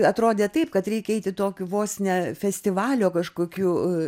atrodė taip kad reikia eiti į tokiu vos ne festivalio kažkokiu